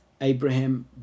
Abraham